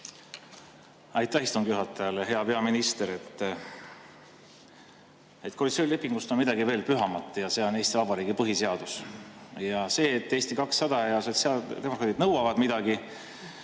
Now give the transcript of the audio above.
Aitäh istungi juhatajale! Hea peaminister! Koalitsioonilepingust on midagi veel pühamat ja see on Eesti Vabariigi põhiseadus. See, et Eesti 200 ja sotsiaaldemokraadid nõuavad midagi,